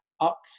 up